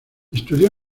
estudió